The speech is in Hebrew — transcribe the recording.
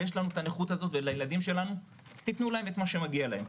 ויש לנו את הנכות הזאת ולילדים שלנו תתנו להם את מה שמגיע להם.